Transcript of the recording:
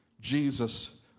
Jesus